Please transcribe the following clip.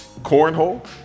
Cornhole